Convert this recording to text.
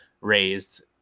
raised